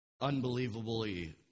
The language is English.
unbelievably